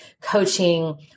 coaching